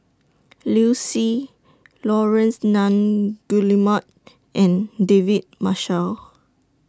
Liu Si Laurence Nunns Guillemard and David Marshall